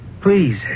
Please